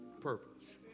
purpose